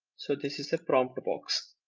so this is a prompt box,